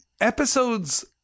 episode's